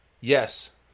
Yes